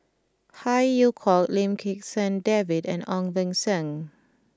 Phey Yew Kok Lim Kim San David and Ong Beng Seng